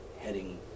heading